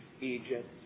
Egypt